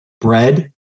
bread